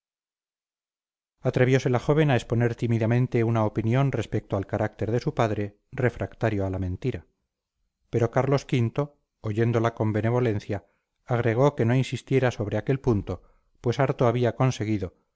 atreviose la joven a exponer tímidamente una opinión respecto al carácter de su padre refractario a la mentira pero carlos v oyéndola con benevolencia agregó que no insistiera sobre aquel punto pues harto había conseguido